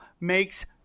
makes